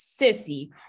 sissy